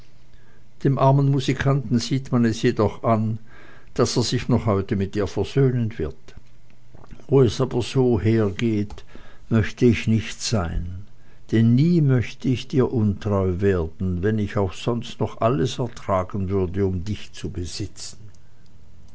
dem armen musikanten sieht man es jedoch an daß er sich noch heute mit ihr versöhnen wird wo es aber so hergeht möchte ich nicht sein denn nie möcht ich dir untreu werden wenn ich auch sonst noch alles ertragen würde um dich zu besitzen